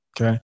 Okay